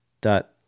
dot